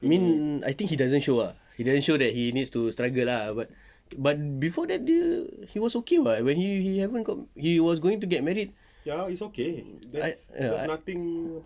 I think he doesn't show ah he doesn't show that he needs to struggle lah but but before that dia he was okay what when he he haven't got he was going to get married I I